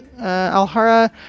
Alhara